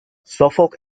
suffolk